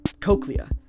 Cochlea